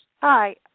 Hi